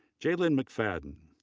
jaylynn mcfadden,